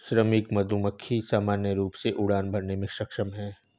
श्रमिक मधुमक्खी सामान्य रूप से उड़ान भरने में सक्षम हैं